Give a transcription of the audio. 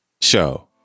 Show